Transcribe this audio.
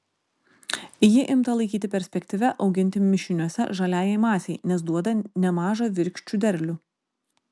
ji imta laikyti perspektyvia auginti mišiniuose žaliajai masei nes duoda nemažą virkščių derlių